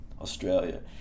Australia